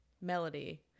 melody